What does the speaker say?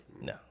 no